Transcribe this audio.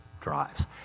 drives